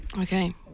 Okay